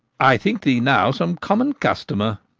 i think thee now some common customer.